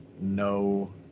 no